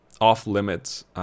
off-limits